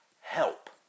help